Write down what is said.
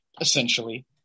essentially